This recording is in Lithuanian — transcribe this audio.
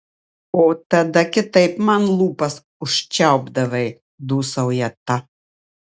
o tada kitaip man lūpas užčiaupdavai dūsauja ta